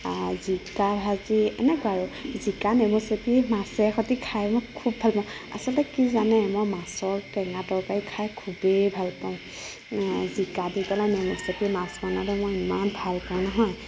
জিকা ভাজি এনেকুৱা আৰু জিকা নেমু চেপি মাছে সৈতে খাই মই খুব ভাল পাওঁ আচলতে কি জানে মই মাছৰ টেঙা তৰকাৰী খাই খুবেই ভাল পাওঁ জিকা দি পেলাই নেমু চেপি মাছ বনালে মই ইমান ভাল পাওঁ নহয়